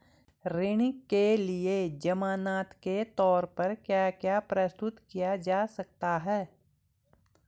ऋण के लिए ज़मानात के तोर पर क्या क्या प्रस्तुत किया जा सकता है?